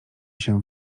się